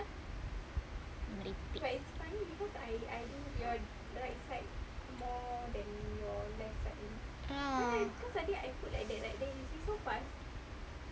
merepek ya